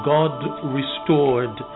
God-restored